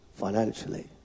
financially